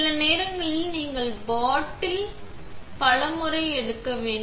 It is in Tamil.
சில நேரங்களில் நீங்கள் பாட்டில் பல முறை எடுக்க வேண்டும்